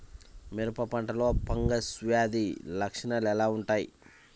మిరప పంటలో ఫంగల్ వ్యాధి లక్షణాలు ఎలా వుంటాయి?